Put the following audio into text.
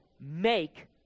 make